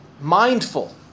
mindful